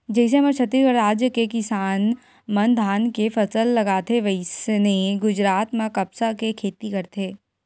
जइसे हमर छत्तीसगढ़ राज के किसान मन धान के फसल लगाथे वइसने गुजरात म कपसा के खेती करथे